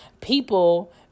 people